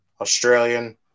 Australian